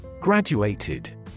Graduated